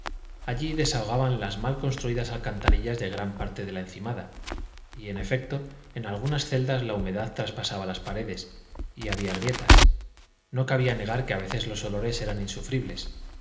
allí desahogaban las mal construidas alcantarillas de gran parte de la encimada y en efecto en algunas celdas la humedad traspasaba las paredes y había grietas no cabía negar que a veces los olores eran insufribles